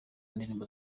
indirimbo